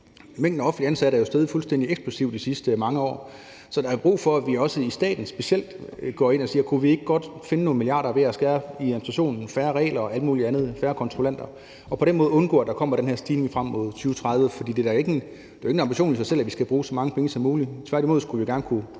Mængden af offentligt ansatte er jo steget fuldstændig eksplosivt de sidste mange år, så der er brug for, at vi også specielt i staten går ind og ser på, om vi ikke godt kunne finde nogle milliarder kroner ved at skære i administrationen med færre regler og alt muligt andet, færre kontrollanter, og på den måde undgå, at der kommer den her stigning frem mod 2030. For det er da ikke en ambition i sig selv, at vi skal bruge så mange penge som muligt. Tværtimod skulle vi gerne kunne